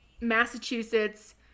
Massachusetts